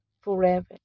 forever